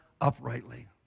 uprightly